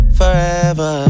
forever